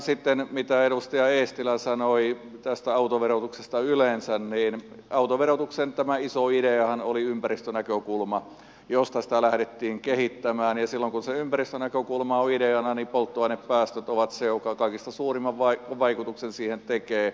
sitten kun edustaja eestilä sanoi tästä autoverotuksesta yleensä niin tämä autoverotuksen iso ideahan oli ympäristönäkökulma josta sitä lähdettiin kehittämään ja silloin kun se ympäristönäkökulma on ideana niin polttoainepäästöt ovat niitä jotka kaikista suurimman vaikutuksen siihen tekevät